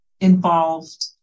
involved